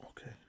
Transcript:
okay